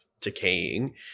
decaying